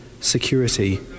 security